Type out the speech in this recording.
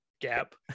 gap